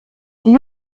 die